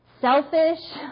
selfish